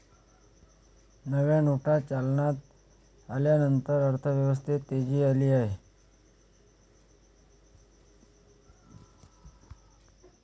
नव्या नोटा चलनात आल्यानंतर अर्थव्यवस्थेत तेजी आली आहे